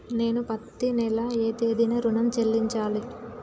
నేను పత్తి నెల ఏ తేదీనా ఋణం చెల్లించాలి?